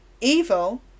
Evil